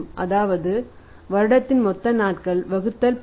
அதாவது வருடத்தின் மொத்த நாட்கள் வகுத்தல் 10